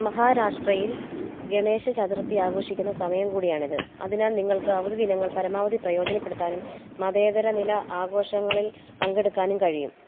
മഹാരാഷ്ട്രയിൽ ഗണേശ ചതുർത്ഥി ആഘോഷിക്കുന്ന സമയം കൂടിയാണിത് അതിനാൽ നിങ്ങൾക്ക് അവധിദിനങ്ങൾ പരമാവധി പ്രയോജനപ്പെടുത്താനും മാതേതര നില ആഘോഷങ്ങളിൽ പങ്കെടുക്കാനും കഴിയും